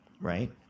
right